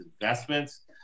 investments